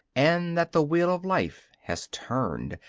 and that the wheel of life has turned,